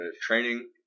training